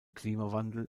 klimawandel